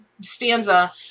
stanza